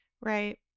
Right